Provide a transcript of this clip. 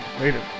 Later